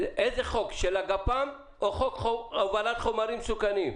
חוק הגפ"מ או חוק הובלת חומרים מסוכנים?